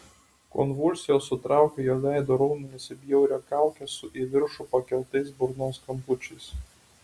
konvulsijos sutraukė jo veido raumenis į bjaurią kaukę su į viršų pakeltais burnos kampučiais